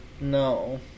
No